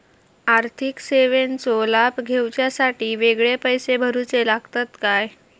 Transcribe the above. आर्थिक सेवेंचो लाभ घेवच्यासाठी वेगळे पैसे भरुचे लागतत काय?